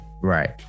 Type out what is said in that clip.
Right